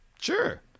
Sure